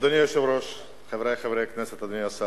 אדוני היושב-ראש, חברי חברי הכנסת, אדוני השר,